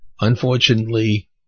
Unfortunately